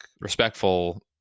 respectful